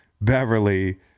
Beverly